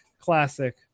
Classic